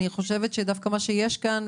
אני חושבת שדווקא מה שיש כאן,